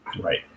right